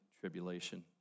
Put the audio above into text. tribulation